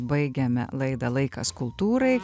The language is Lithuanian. baigiame laidą laikas kultūrai